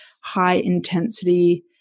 high-intensity